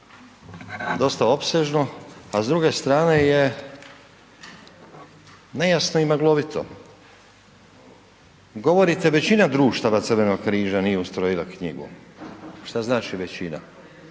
dosta opsežno, a s druge strane je nejasno i maglovito. Govorite većina društava Crvenog križa nije ustrojila knjigu, šta znači većina,